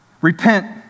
Repent